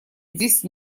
здесь